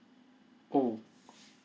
oh